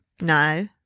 No